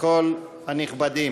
כל הנכבדים,